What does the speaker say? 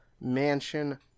mansion